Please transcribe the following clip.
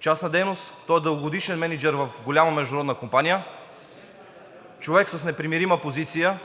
частна дейност, дългогодишен мениджър в голяма международна компания, човек с непримирима позиция,